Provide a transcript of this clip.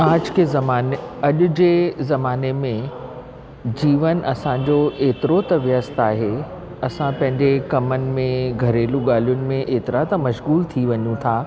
आज के ज़माने अॼु जे ज़माने में जीवन असांजो एतिरो त व्यस्थ आहे असां पंहिंजे कमनि में घरेलू ॻाल्हियुनि में एतिरा था मशगूल थी वञूं था